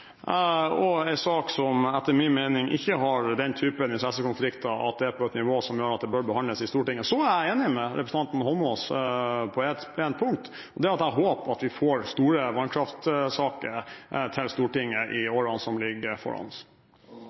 og vi har en sak som, etter min mening, ikke har interessekonflikter på et nivå som gjør at den bør behandles i Stortinget. Jeg er enig med representanten Eidsvoll Holmås på ett punkt, det er at jeg håper om at vi får store vannkraftsaker til Stortinget i årene som ligger foran